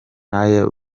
n’aya